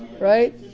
right